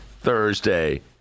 Thursday